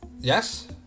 Yes